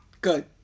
Good